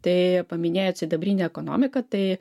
tai paminėjot sidabrinę ekonomiką tai